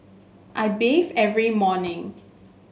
I bathe every morning